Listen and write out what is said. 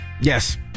Yes